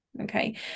Okay